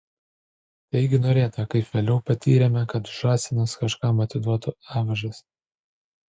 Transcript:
taigi norėta kaip vėliau patyrėme kad žąsinas kažkam atiduotų avižas